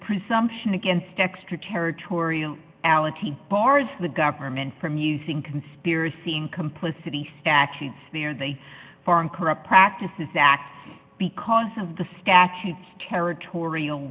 presumption against extraterritorial ality bars the government from using conspiracy in complicity statute or the foreign corrupt practices act because of the statute territorial